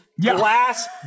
glass